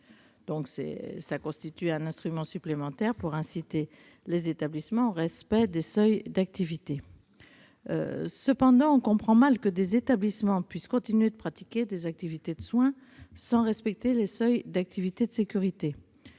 constitue un instrument supplémentaire pour inciter les établissements à respecter les seuils d'activité. Cependant, on comprend mal que des établissements puissent continuer de pratiquer des activités de soins sans respecter les seuils d'activité de sécurité.